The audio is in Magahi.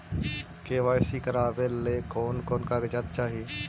के.वाई.सी करावे ले कोन कोन कागजात चाही?